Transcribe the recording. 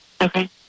Okay